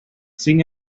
sin